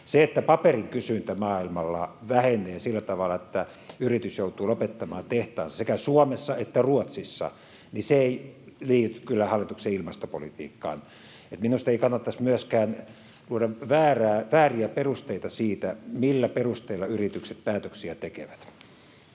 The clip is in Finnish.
Se, että paperin kysyntä maailmalla vähenee sillä tavalla, että yritys joutuu lopettamaan tehtaansa sekä Suomessa että Ruotsissa, ei kyllä liity hallituksen ilmastopolitiikkaan. Minusta ei kannattaisi myöskään luoda vääriä perusteita sille, millä perusteilla yritykset päätöksiä tekevät.